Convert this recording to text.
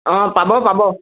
অঁ পাব পাব